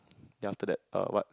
then after that what